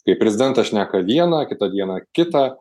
kai prezidentas šneka vieną kitą dieną kitą